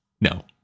no